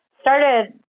started